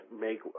make